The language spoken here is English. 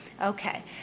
Okay